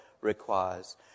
requires